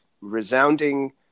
resounding